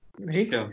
right